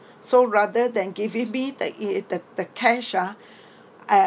so rather than giving me the it the the cash uh I